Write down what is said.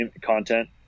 content